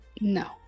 No